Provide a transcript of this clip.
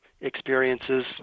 experiences